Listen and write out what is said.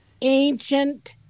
ancient